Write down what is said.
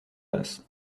است